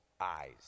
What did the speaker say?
eyes